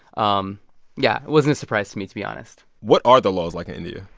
um yeah. it wasn't a surprise to me, to be honest what are the laws like in india?